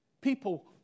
people